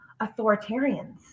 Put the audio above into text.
authoritarians